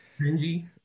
Cringy